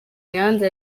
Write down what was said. nyanza